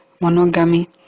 monogamy